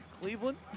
Cleveland